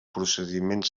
procediments